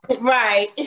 right